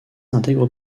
intègre